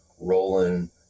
rolling